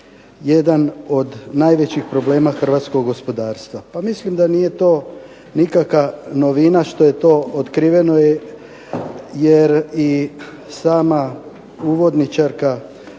jedan od najvećih problema hrvatskog gospodarstva. Pa mislim da nije to nikakva novina što je to otkriveno, jer i sama uvodničarka